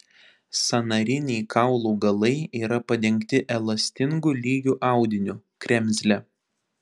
sąnariniai kaulų galai yra padengti elastingu lygiu audiniu kremzle